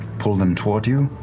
pull them toward you.